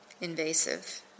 invasive